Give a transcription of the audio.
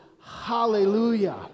hallelujah